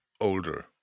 older